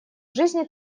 жизни